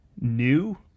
new